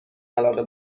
علاقه